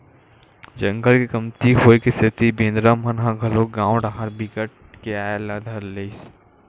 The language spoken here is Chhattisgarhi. जंगल के कमती होए के सेती बेंदरा मन ह घलोक गाँव डाहर बिकट के आये ल धर लिस